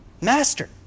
Master